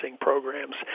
programs